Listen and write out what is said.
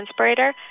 inspirator